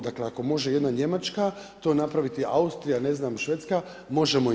Dakle ako može jedna Njemačka to napraviti, Austrija, ne znam Švedska, možemo i mi.